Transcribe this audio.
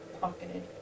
pocketed